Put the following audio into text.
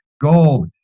Gold